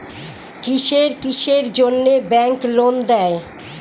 কিসের কিসের জন্যে ব্যাংক লোন দেয়?